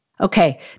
Okay